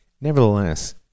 Nevertheless